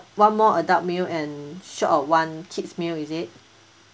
one more adult meal and short of one kids' meal is it